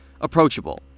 approachable